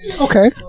Okay